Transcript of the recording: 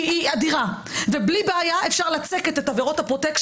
אני רוצה להזכיר מושכלות יסוד בפלילים